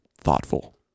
thoughtful